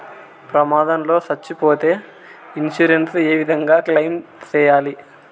ప్రమాదం లో సచ్చిపోతే ఇన్సూరెన్సు ఏ విధంగా క్లెయిమ్ సేయాలి?